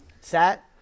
Set